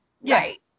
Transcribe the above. Right